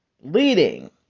leading